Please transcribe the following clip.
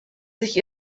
sich